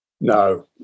No